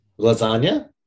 Lasagna